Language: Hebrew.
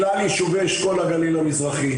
בכלל יישובי אשכול הגליל המזרחי.